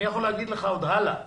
אני יכול להגיד לך עוד הלאה: